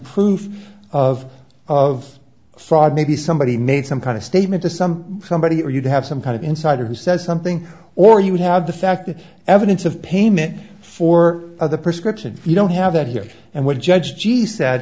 proof of of fraud maybe somebody made some kind of statement to some somebody or you have some kind of insider who says something or you have the fact the evidence of payment for other prescription you don't have that here and what judge g said